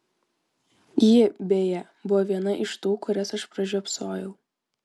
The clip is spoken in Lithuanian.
ji beje buvo viena iš tų kurias aš pražiopsojau